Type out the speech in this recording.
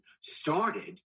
started